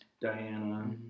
Diana